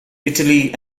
italy